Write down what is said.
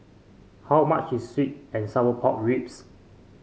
how much is sweet and Sour Pork Ribs